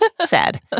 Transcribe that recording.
sad